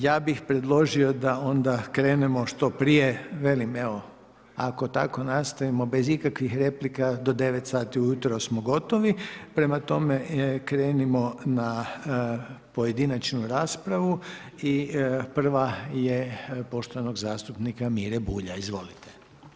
Ja bih predložio da onda krenemo što prije, velim, ako tako nastavimo, bez ikakvih replika, do 9,00 ujutro smo gotovi, prema tome, krenimo na pojedinačnu raspravu, i prva je poštovanog zastupnika Mire Bulja, izvolite.